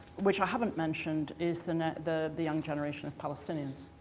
which i haven't mentioned is the the the young generation of palestinians.